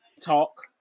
talk